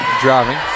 driving